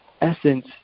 essence